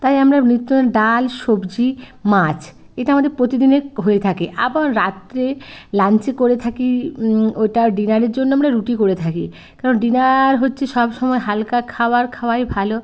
তাই আমরা নিত্য দিন ডাল সবজি মাছ এটা আমাদের প্রতিদিনের হয়ে থাকে আবার রাত্রে লাঞ্চে করে থাকি ওটা ডিনারের জন্য আমরা রুটি করে থাকি কারণ ডিনার হচ্ছে সব সময় হালকা খাওয়ার খাওয়াই ভালো